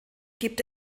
gibt